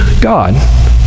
God